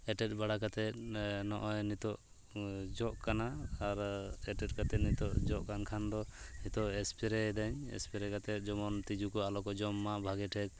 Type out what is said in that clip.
ᱮᱴᱮᱫ ᱵᱟᱲᱟ ᱠᱟᱛᱮᱫ ᱱᱚᱜ ᱚᱭ ᱱᱤᱛᱚᱜ ᱡᱚᱜ ᱠᱟᱱᱟ ᱟᱨ ᱮᱴᱮᱫ ᱠᱟᱛᱮᱫ ᱱᱤᱛᱚᱜ ᱡᱚᱜ ᱠᱟᱱ ᱠᱷᱟᱱ ᱫᱚ ᱦᱤᱛᱚᱜ ᱮᱥᱯᱨᱮ ᱟᱹᱫᱟᱹᱧ ᱮᱥᱯᱨᱮ ᱠᱟᱛᱮᱫ ᱡᱮᱢᱚᱱ ᱛᱤᱡᱩ ᱠᱚ ᱟᱞᱚ ᱠᱚ ᱡᱚᱢ ᱢᱟ ᱵᱷᱟᱹᱜᱤ ᱴᱷᱤᱠ